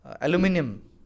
aluminium